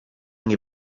nie